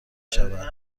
شود